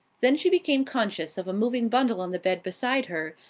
then she became conscious of a moving bundle on the bed beside her,